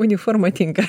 uniforma tinka